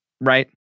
right